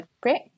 Great